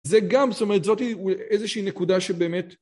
זה גם זאת אומרת זאת איזושהי נקודה שבאמת